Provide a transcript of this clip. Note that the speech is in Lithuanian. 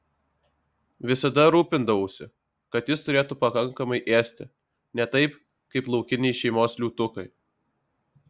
visada rūpindavausi kad jis turėtų pakankamai ėsti ne taip kaip laukiniai šeimos liūtukai